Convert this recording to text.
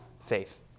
faith